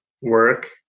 work